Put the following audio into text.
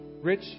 Rich